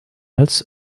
als